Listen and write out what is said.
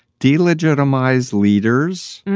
de-legitimise leaders,